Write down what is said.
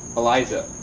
eliza.